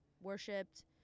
Worshipped